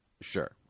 Sure